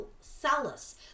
salus